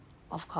of course